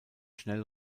schnell